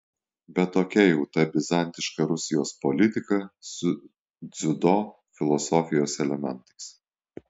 bet tokia jau ta bizantiška rusijos politika su dziudo filosofijos elementais